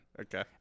Okay